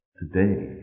today